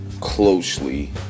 Closely